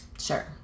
sure